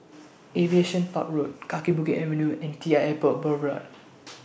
Aviation Park Road Kaki Bukit Avenue and T L Airport Boulevard